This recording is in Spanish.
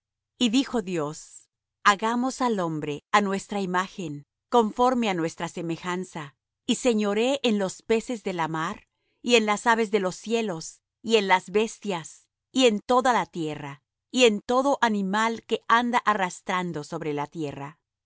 y dijo dios hagamos al hombre á nuestra imagen conforme á nuestra semejanza y señoree en los peces de la mar y en las aves de los cielos y en las bestias y en toda la tierra y en todo animal que anda arrastrando sobre la tierra